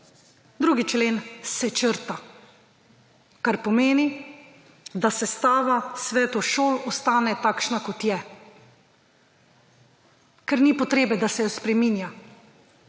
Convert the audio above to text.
2. člen se črta, kar pomeni, da sestava svetov šol ostane takšna, kot je, ker ni potrebe, da se jo spreminja,